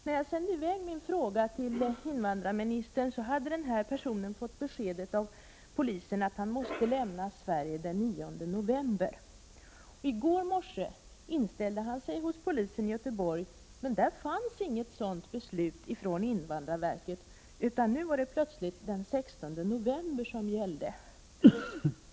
När jag sände i väg min fråga till invandrarministern hade den här personen fått besked av polisen att han måste lämna Sverige den 9 november. I går morse inställde han sig hos polisen i Göteborg, men där fanns inte något sådant beslut från invandrarverket, utan nu var det plötsligt den 16 november som gällde.